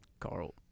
Carl